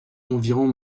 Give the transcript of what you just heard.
environ